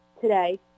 today